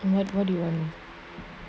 what what do you want